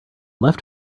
left